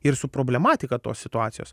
ir su problematika tos situacijos